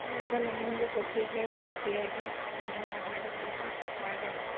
ಯಾವ್ದಾನ ನಿಮಗೂ ಗೊತ್ತಿದ್ರೆ ವೆರೈಟಿಯಾಗಿ ಏನಾನ ಮಾಡೋದಾದರೆ ಮಾಡೋಣ